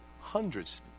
hundreds